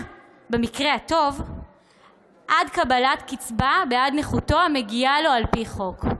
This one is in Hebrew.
במקרה הטוב עד קבלת קצבה בעד נכותו המגיעה לו על פי חוק.